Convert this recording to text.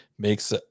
Makes